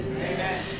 Amen